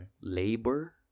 Labor